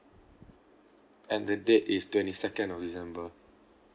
and the date is twenty second of december